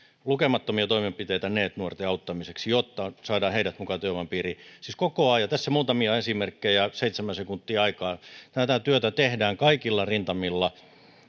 lukemattomia toimenpiteitä neet nuorten auttamiseksi jotta saadaan heidät mukaan työvoiman piiriin siis koko ajan tehdään tässä muutamia esimerkkejä seitsemän sekuntia aikaa tätä työtä tehdään kaikilla rintamilla